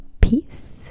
Peace